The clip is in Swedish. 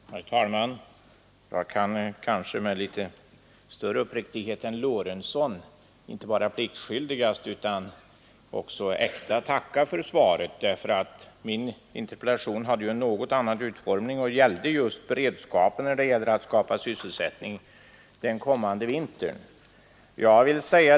Herr talman! Jag kan kanske med större uppriktighet än herr Lorentzon — alltså inte bara pliktskyldigast, utan med äkta känsla — tacka för svaret, därför att min interpellation hade en annan utformning och gällde just beredskapen för att skapa sysselsättning under den kommande vintern.